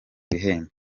ibihembo